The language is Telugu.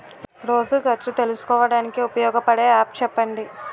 రోజు ఖర్చు తెలుసుకోవడానికి ఉపయోగపడే యాప్ చెప్పండీ?